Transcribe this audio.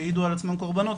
שהעידו על עצמם קורבנות,